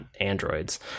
androids